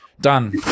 done